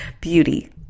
Beauty